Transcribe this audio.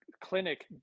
clinic